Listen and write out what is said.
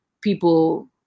people